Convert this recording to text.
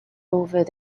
over